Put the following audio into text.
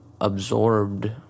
absorbed